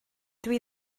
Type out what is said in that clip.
dwi